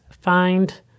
find